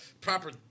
proper